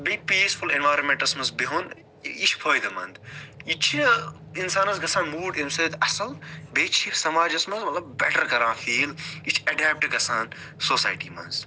بیٚیہِ پیٖسفٕل ایٚنوارَمیٚنٹَس منٛز بِیہون یہِ چھُ فٲیِدٕ منٛد یہِ چھِ اِنسانَس گژھان موٗڈ اَمہِ سۭتۍ اصٕل بیٚیہِ چھِ یہِ سماجَس منٛز مطلب بیٚٹَر کران فیٖل یہِ چھِ ایٚڈاپٹہٕ گژھان سوسایٹی منٛز